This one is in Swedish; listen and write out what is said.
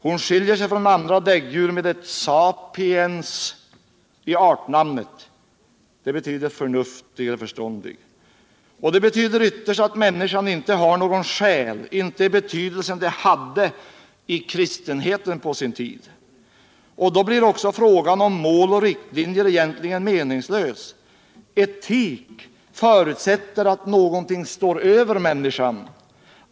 Hon skiljer sig från andra däggdjur genom ctt ”sapiens” I artnamnet. Det betyder förnuftig, förståndig. Det betyder viterst att människan inte har någon själ — inte i den betydelse ordet på sin tid hade i kristenheten. Och då blir också frågan om mål och riktlinjer egentligen meninaslös. Evik förutsätter att någonting står över människan.